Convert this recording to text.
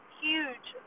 huge